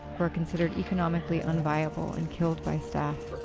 who are considered economically unviable and killed by staff.